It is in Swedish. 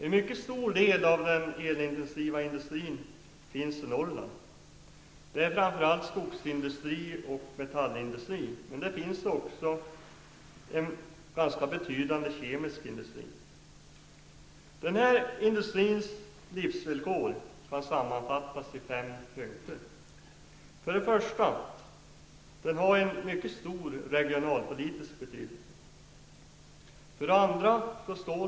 En mycket stor del av den elintensiva industrin finns i Norrland. Det handlar framför allt om skogsindustri och metallindustri. Men där finns också en ganska betydande kemisk industri. Den här industrins livsvillkor kan sammanfattas i fem punkter: 1. Den har en mycket stor regionalpolitisk betydelse. 2.